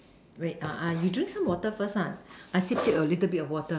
wait ah ah you drink some water first lah I sip sip a little bit of water